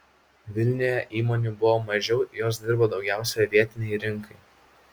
vilniuje įmonių buvo mažiau jos dirbo daugiausiai vietinei rinkai